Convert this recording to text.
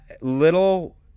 little